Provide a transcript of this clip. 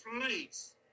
place